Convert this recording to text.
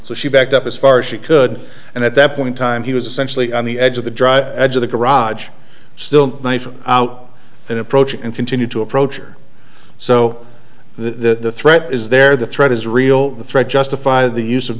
so she backed up as far as she could and at that point time he was essentially on the edge of the edge of the garage still knife out in approach and continued to approach her so the threat is there the threat is real the threat justify the use of